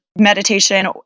meditation